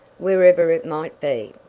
wherever it might be.